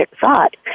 thought